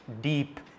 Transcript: deep